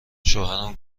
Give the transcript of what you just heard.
شوهرم